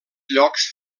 llocs